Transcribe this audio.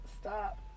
stop